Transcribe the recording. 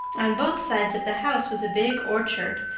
on both sides of the house was a big orchard,